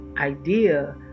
idea